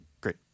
Great